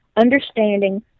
understanding